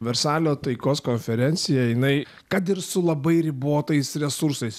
versalio taikos konferencija jinai kad ir su labai ribotais resursais